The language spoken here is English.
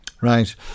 Right